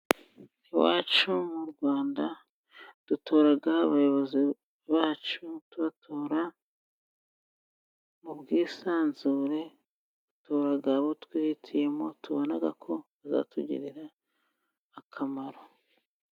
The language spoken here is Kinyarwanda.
Iwacu mu Rwanda dutora abayobozi bacu. Tubatora mu bwisanzure, Dutora abo twihitiyemo tubona ko bazatugirira akamaro.